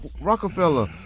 Rockefeller